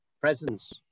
presence